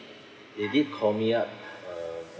they did call me up uh